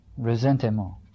Resentiment